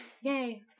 Yay